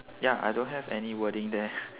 ya I don't have any wording there